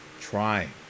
trying